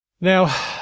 Now